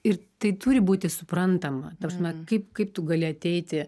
ir tai turi būti suprantama ta prasme kaip kaip tu gali ateiti